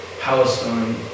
Palestine